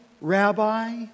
Rabbi